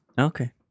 Okay